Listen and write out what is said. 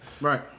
Right